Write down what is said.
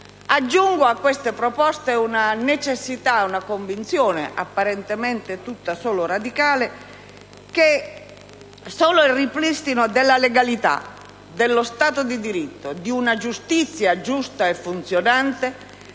Aggiungo a tali proposte la convinzione, apparentemente tutta solo radicale, che solo il ripristino della legalità, dello Stato di diritto, di una giustizia giusta e funzionante